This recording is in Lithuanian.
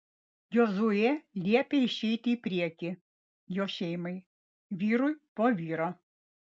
jozuė liepė išeiti į priekį jo šeimai vyrui po vyro